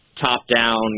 top-down